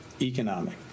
economic